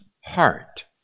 heart